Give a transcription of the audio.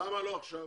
למה לא עכשיו?